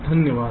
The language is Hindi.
धन्यवाद